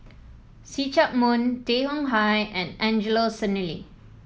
See Chak Mun Tay Chong Hai and Angelo Sanelli